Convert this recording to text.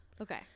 Okay